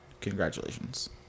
congratulations